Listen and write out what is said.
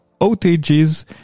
outages